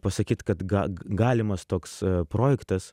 pasakyt kad ga galimas toks projektas